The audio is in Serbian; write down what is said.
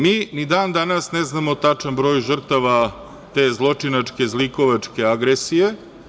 Mi ni dan danas ne znamo tačan broj žrtava te zločinačke i zlikovačke agresije.